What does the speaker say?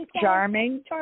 Charming